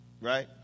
right